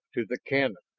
to the cannon,